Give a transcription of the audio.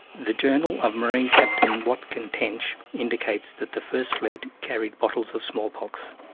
the journal of marine captain watkin tench indicates that the first fleet carried bottles of smallpox.